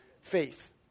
faith